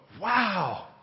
wow